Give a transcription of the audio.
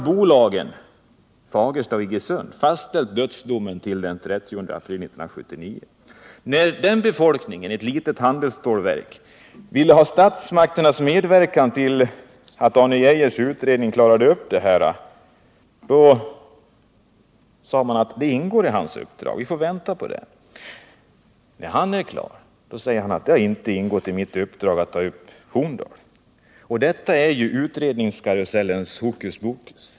Bolagen — Fagersta och Iggesund — har fastställt dödsdomen till den 30 april 1979. När befolkningen i Horndal ville ha statsmakternas medverkan för att klara upp den här saken, hänvisade man till Arne Geijers utredning och sade att denna fråga ingick i hans uppdrag. När Geijer blev färdig med utredningen sade han att det inte hade ingått i uppdraget att ta upp frågan om Horndal. Detta är utredningskarusellens hokus pokus.